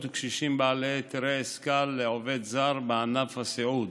וקשישים בעלי היתרי העסקה לעובד זר בענף הסיעוד.